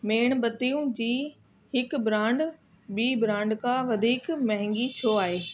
मेणबतियूं जी हिक ब्रांड ॿी ब्रांड खां वधीक महांगी छो आहे